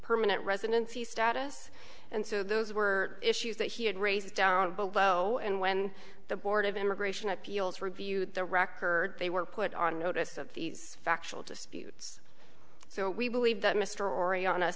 permanent residency status and so those were issues that he had raised down below and when the board of immigration appeals reviewed the record they were put on notice of these factual disputes so we believe that mr or